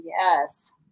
Yes